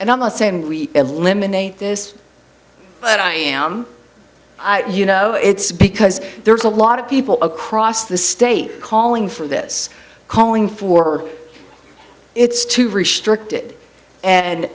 and i'm not saying we eliminate this but i am you know it's because there's a lot of people across the state calling for this coing forward it's to restrict it and